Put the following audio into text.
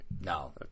No